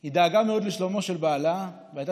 היא דאגה מאוד לשלומו של בעלה והייתה